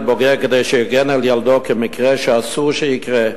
בוגר כדי שיגן על ילדו מקרה שאסור שיקרה.